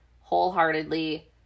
wholeheartedly